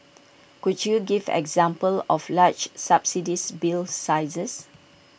could you give examples of large subsidised bill sizes